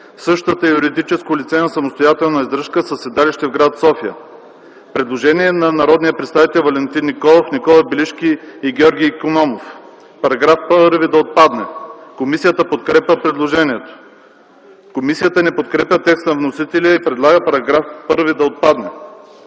Същата е юридическо лице на самостоятелна издръжка, със седалище в гр. София.” Предложение от народните представители Валентин Николов, Никола Белишки и Георги Икономов -§ 1 да отпадне. Комисията подкрепя предложението. Комисията не подкрепя текста на вносителя и предлага § 1 да отпадне.